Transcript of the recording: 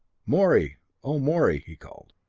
morey oh, morey, he called,